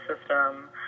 system